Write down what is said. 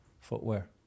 Footwear